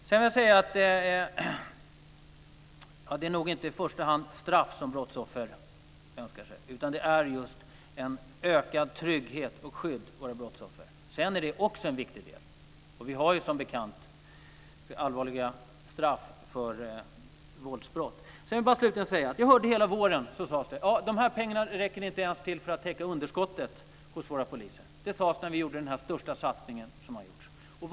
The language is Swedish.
Sedan vill jag säga att det nog inte i första hand är straff som brottsoffer önskar sig, utan en ökad trygghet och bättre skydd. Sedan är straff också en viktig del. Vi har som bekant allvarliga straff för våldsbrott. Slutligen vill jag säga att det hela våren sades att de här pengarna inte ens räcker till att täcka underskottet hos våra poliser. Det sades när vi gjorde den största satsningen som har gjorts.